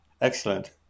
excellent